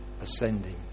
ascending